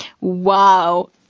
Wow